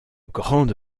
grande